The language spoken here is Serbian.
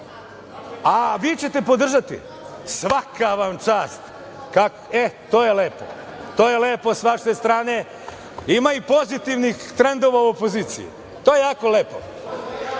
a vi ćete podržati? Svaka vam čast, e, to je lepo sa vaše strane ima i pozitivnih trendova u opoziciji, to je jako lepo.